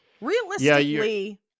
Realistically